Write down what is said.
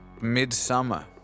midsummer